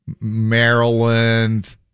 Maryland